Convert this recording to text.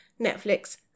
Netflix